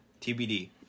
TBD